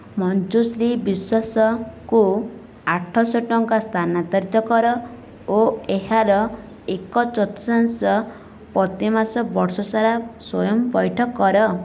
ମଞ୍ଜୁଶ୍ରୀ ବିଶ୍ୱାସଙ୍କୁ ଆଠଶହ ଟଙ୍କା ସ୍ଥାନାନ୍ତରିତ କର ଓ ଏହାର ଏକ ଚତୁର୍ଥାଂଶ ପ୍ରତି ମାସ ବର୍ଷସାରା ସ୍ଵୟଂ ପଇଠ କର